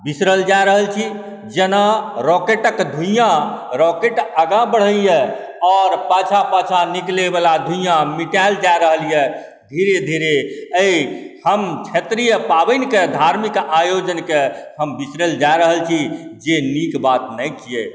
बिसरल जा रहल छी जेना रॉकेटक धुइया रॉकेट आगाँ बढ़ैया आओर पाछा पाछा निकलै वला धुइया मिटाएल जा रहलै यऽ धीरे धीरे एहि हम क्षेत्रीय पाबनिकेँ धार्मिक आयोजनकेँ हम बिसरल जा रहल छी जे नीक बात नहि छियै